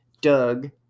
Doug